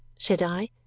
said i.